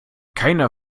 keiner